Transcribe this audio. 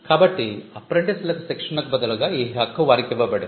కాబట్టి అప్రెంటిస్లకు శిక్షణకు బదులుగా ఈ హక్కు వారికి ఇవ్వబడుతుంది